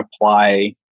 apply